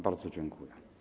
Bardzo dziękuję.